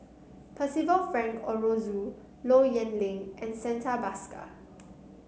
Percival Frank Aroozoo Low Yen Ling and Santha Bhaskar